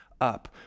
up